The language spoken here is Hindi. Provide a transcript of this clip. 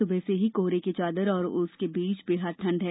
सुबह से ही कोहरे की चादर और ओस के बीच बेहद ठंड है